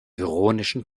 ironischen